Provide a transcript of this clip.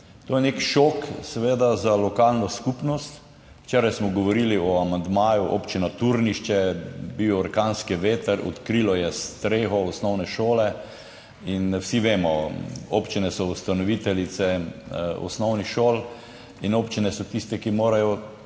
To je nek šok seveda za lokalno skupnost. Včeraj smo govorili o amandmaju, občina Turnišče, bil je orkanski veter, odkrilo je streho osnovne šole. In vsi vemo, občine so ustanoviteljice osnovnih šol in občine so tiste, ki morajo